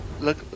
look